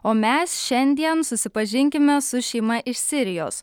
o mes šiandien susipažinkime su šeima iš sirijos